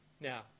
Now